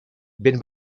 ben